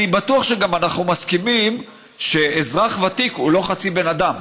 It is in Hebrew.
אני בטוח גם שאנחנו מסכימים שאזרח ותיק הוא לא חצי בן אדם,